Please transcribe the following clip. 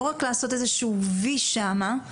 לא רק לעשות איזשהו וי שם,